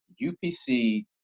UPC